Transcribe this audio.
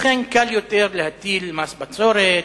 לכן קל יותר להטיל מס בצורת,